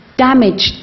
damaged